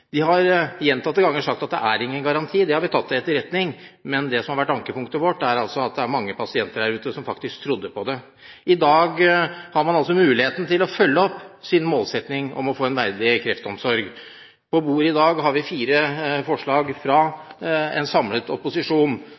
Det har vi tatt til etterretning. Men det som har vært ankepunktet vårt, er at det er mange pasienter der ute som faktisk trodde på det. I dag har man altså muligheten til å følge opp sin målsetting om å få en verdig kreftomsorg. På bordet i dag har vi fire forslag fra en samlet opposisjon